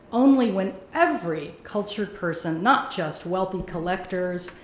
only when every cultured person, not just wealthy collectors,